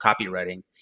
copywriting